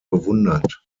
bewundert